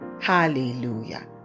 Hallelujah